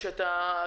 יש את הצינורות,